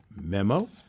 memo